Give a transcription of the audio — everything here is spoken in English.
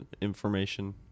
information